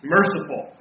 Merciful